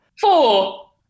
Four